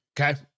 Okay